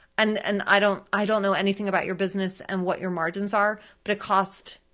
and and i don't i don't know anything about your business and what your margins are, but it costs,